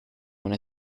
una